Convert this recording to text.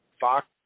Fox